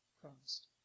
Christ